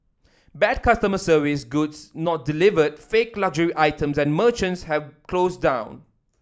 bad customer service goods not delivered fake luxury items and merchants have closed down